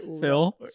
Phil